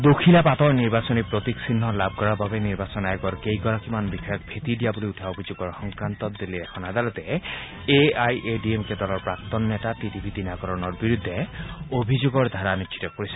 দুখিলা পাতৰ নিৰ্বাচনী প্ৰতিক চিহ্ন লাভ কৰাৰ বাবে নিৰ্বাচন আয়োগৰ কেইগৰাকীমান বিষয়াক ভেটি দিয়া বুলি উঠা অভিযোগৰ সংক্ৰান্ত দিল্লীৰ এখন আদালতে A I A D M K দলৰ প্ৰাক্তন নেতা টি টি ভি ডিনাকৰণৰ বিৰুদ্ধে অভিযোগৰ ধাৰা নিশ্চিত কৰিছে